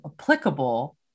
applicable